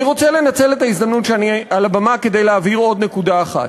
אני רוצה לנצל את ההזדמנות שאני על הבמה כדי להבהיר עוד נקודה אחת.